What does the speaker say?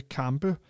kampe